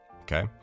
Okay